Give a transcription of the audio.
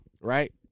right